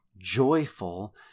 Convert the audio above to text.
Joyful